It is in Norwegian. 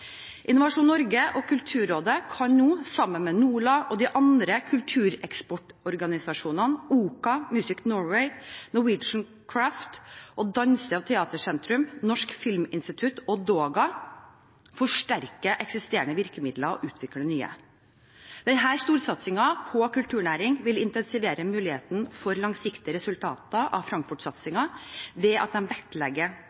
Innovasjon Norge og Kulturrådet kan nå – sammen med NORLA og de andre kultureksportorganisasjonene, OCA, Music Norway, Norwegian Crafts, Danse- og teatersentrum, Norsk filminstitutt og DOGA – forsterke eksisterende virkemidler og utvikle nye. Denne storsatsingen på kulturnæring vil intensivere muligheten for langsiktige resultater av